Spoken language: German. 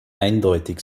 eindeutig